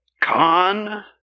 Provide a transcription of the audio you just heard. Khan